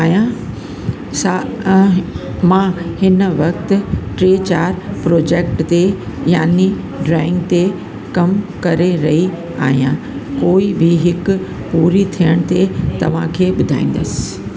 आहियां सां मां हिन वक़्तु टे चारि प्रोजेक्ट ते यानि ड्राइंग ते कम करे रही आहियां कोई बि हिकु पूरी थियण ते तव्हांखे ॿुधाईंदसि